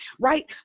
right